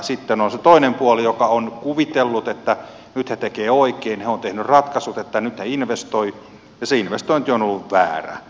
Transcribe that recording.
sitten on se toinen puoli joka on kuvitellut että nyt he tekevät oikein he ovat tehneet ratkaisut että nyt he investoivat ja se investointi on ollut väärä